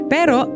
Pero